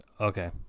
Okay